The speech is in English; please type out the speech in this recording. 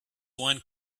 one